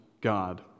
God